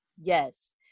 Yes